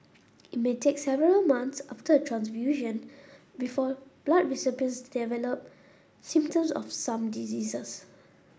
it may take several months after a transfusion before blood recipients develop symptoms of some diseases